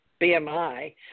BMI